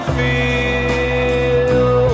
feel